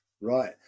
Right